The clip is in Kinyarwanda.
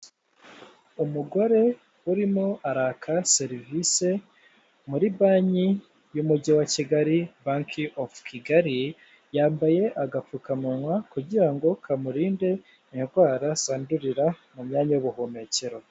Umugore urimo araka service muri banki y'umujyi wa Kigali (Bank of Kigali), yambaye agapfukamunwa kugira ngo kamurinde indwara zandurira mu myanya y'ubuhumekero.